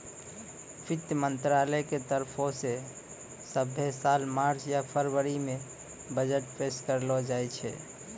वित्त मंत्रालय के तरफो से सभ्भे साल मार्च या फरवरी मे बजट पेश करलो जाय छै